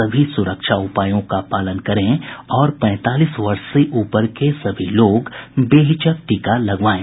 सभी सुरक्षा उपायों का पालन करें और पैंतालीस वर्ष से ऊपर के सभी लोग बेहिचक टीका लगवाएं